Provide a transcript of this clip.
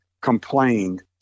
complained